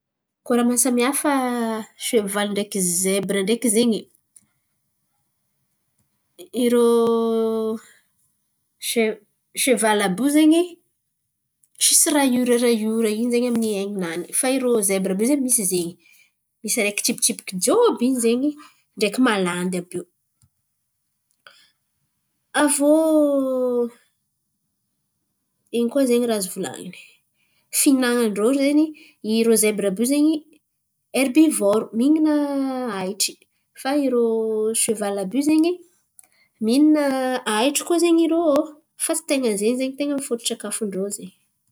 Koa raha mahasamihafa sevaly ndreky zebra ndreky zen̈y, irô se- sevaly àby io zen̈y tsisy raìoraraìora io zen̈y amin'ny ain̈inany fa irô zebra àby io zen̈y misy zen̈y. Misy araiky tsipitsipiky jôby in̈y zen̈y ndreky malandy àby io. Aviô, ino koa zen̈y raha azo volan̈iny? Finan̈an-drô zen̈y, irô zebra àby io zen̈y eribivôro mihinan̈a ahitry fa irô sevaly àby io zen̈y mihinana ahitry koa zen̈y irô fa tsy ten̈a zen̈y zen̈y ten̈a ny fôto-tsakafon-drô zen̈y.